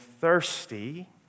thirsty